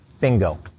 Bingo